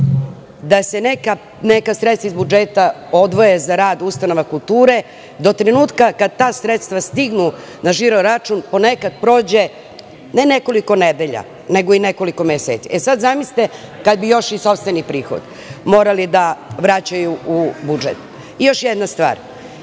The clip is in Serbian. da se neka sredstva iz budžeta odvoje za rad ustanova kulture do trenutka kada ta sredstva stignu na žiro račun ponekad prođe, ne nekoliko nedelja, nego i nekoliko meseci. Zamislite kada bi još i sopstveni prihod morali da vraćaju u budžet. Još jedna stvar,